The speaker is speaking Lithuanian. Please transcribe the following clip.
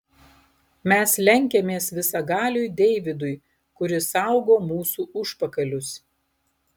mes lenkiamės visagaliui deividui kuris saugo mūsų užpakalius